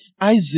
Isaac